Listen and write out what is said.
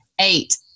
eight